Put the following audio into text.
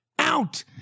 out